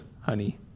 honey